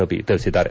ರವಿ ತಿಳಿಸಿದ್ದಾರೆ